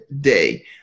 day